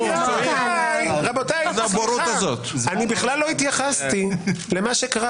היועץ המשפטי לממשלה